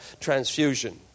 transfusion